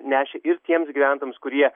nešė ir tiems gyventojams kurie